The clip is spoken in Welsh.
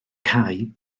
cae